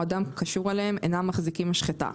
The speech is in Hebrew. אדם קשור אליהם אינם מחזיקים משחטה,